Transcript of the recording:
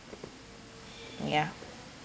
yeah